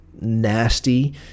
nasty